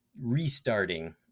restarting